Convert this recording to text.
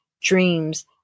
dreams